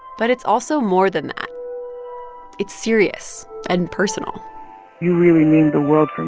but it's also more than that it's serious and personal you really mean the world for